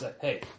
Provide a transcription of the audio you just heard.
hey